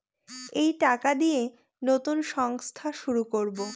এই টাকা দিয়ে নতুন সংস্থা শুরু করবো